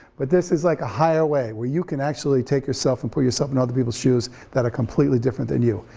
but this is like a higher way, where you can actually take yourself and put yourself in other people's shoes that are completely different than you,